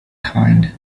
kind